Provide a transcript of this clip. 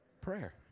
prayer